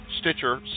Stitcher